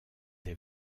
des